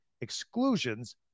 exclusions